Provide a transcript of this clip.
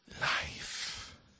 life